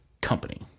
company